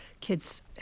Kids